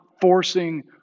forcing